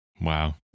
wow